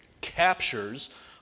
captures